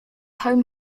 home